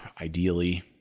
Ideally